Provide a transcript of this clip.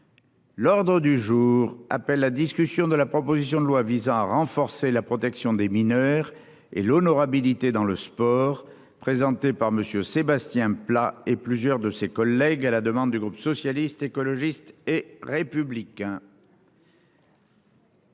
L'ordre du jour appelle la discussion de la proposition de loi visant à renforcer la protection des mineurs et l'honorabilité dans le sport, présenté par monsieur Sébastien Pla et plusieurs de ses collègues, à la demande du groupe socialiste, écologiste et républicain.